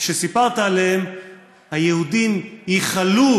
היהודים ייחלו,